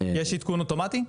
יש עדכון אוטומטי?